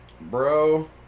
Bro